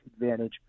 advantage